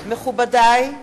מכובדי,